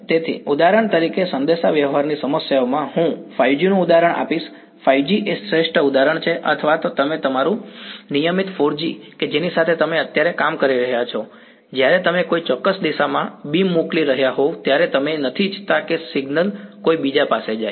તેથી ઉદાહરણ તરીકે સંદેશાવ્યવહારની સમસ્યાઓમાં હું 5G નું ઉદાહરણ આપીશ 5G એ શ્રેષ્ઠ ઉદાહરણ છે અથવા તો તમારું નિયમિત 4G કે જેની સાથે તમે અત્યારે કામ કરી રહ્યાં છો જ્યારે તમે કોઈ ચોક્કસ દિશામાં બીમ મોકલી રહ્યા હોવ ત્યારે તમે નથી ઈચ્છતા કે તે સિગ્નલ કોઈ બીજા પાસે જાય